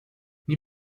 nie